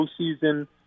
postseason